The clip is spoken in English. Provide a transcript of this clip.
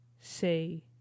say